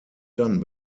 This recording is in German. dann